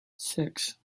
six